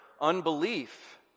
unbelief